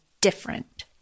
different